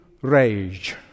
Rage